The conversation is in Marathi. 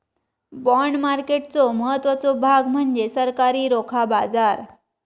बाँड मार्केटचो महत्त्वाचो भाग म्हणजे सरकारी रोखा बाजार